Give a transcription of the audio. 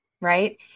Right